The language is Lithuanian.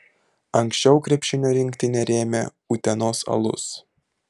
anksčiau krepšinio rinktinę rėmė utenos alus